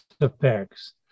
effects